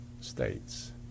states